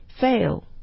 fail